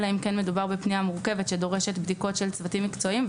אלא אם כן מדובר בפניה מורכבת שדורשת בדיקות של צוותים מקצועיים,